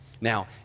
Now